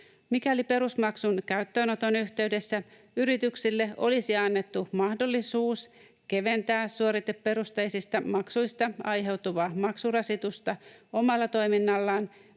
Mikäli perusmaksun käyttöönoton yhteydessä yrityksille olisi annettu mahdollisuus keventää suoriteperusteisista maksuista aiheutuvaa maksurasitusta omalla toiminnallaan,